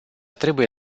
trebuie